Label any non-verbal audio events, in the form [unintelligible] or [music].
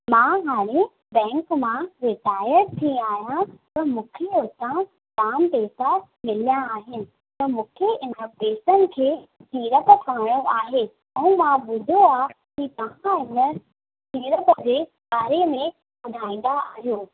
मां हाणे बैंक मां रिटायर थी आहियां त मूंखे हुतां जाम पेसा मिलिया आहिनि त मूंखे इन पेसनि खे कीअं त करणो आहे ऐं मां ॿुधो आहे की तव्हां हिन [unintelligible] जे बारे में ॿुधाईंदा आहियो